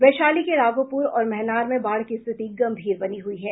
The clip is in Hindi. वैशाली के राघोपुर और महनार में बाढ़ की स्थिति गंभीर बनी हुई है